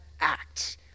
act